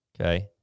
Okay